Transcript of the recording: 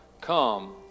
come